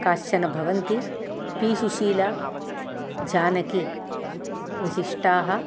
काश्चन भवन्ति पी सुशीला जानकी विशिष्टाः